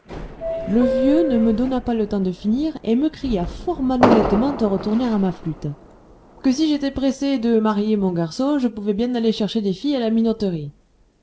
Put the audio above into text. le vieux ne me donna pas le temps de finir et me cria fort malhonnêtement de retourner à ma flûte que si j'étais pressé de marier mon garçon je pouvais bien aller chercher des filles à la minoterie